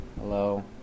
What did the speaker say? Hello